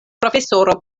profesoro